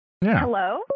Hello